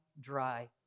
dry